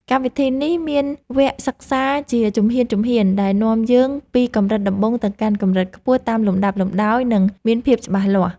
កម្មវិធីនេះមានវគ្គសិក្សាជាជំហានៗដែលនាំយើងពីកម្រិតដំបូងទៅកាន់កម្រិតខ្ពស់តាមលំដាប់លំដោយ និង មានភាពច្បាស់លាស់។